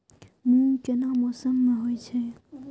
मूंग केना मौसम में होय छै?